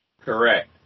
Correct